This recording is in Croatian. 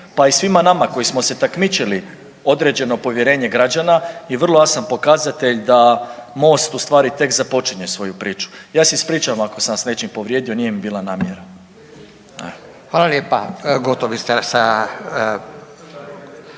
pa i svima nama koji smo se takmičili određeno povjerenje građana je vrlo jasan pokazatelj da Most ustvari tek započinje svoju priču. Ja se ispričavam ako sam vas s nečim povrijedio, nije mi bila namjera. **Radin, Furio